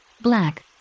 Black